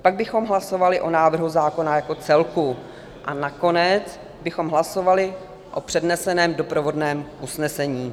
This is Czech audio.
Pak bychom hlasovali o návrhu zákona jako celku a nakonec bychom hlasovali o předneseném doprovodném usnesení.